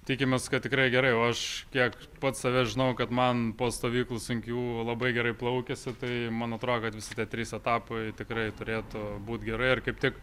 tikimės kad tikrai gerai o aš kiek pats save žinojau kad man po stovyklų sunkių labai gerai plaukiasi tai man atrodo kad visi tie trys etapai tikrai turėtų būt gerai ar kaip tik